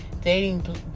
Dating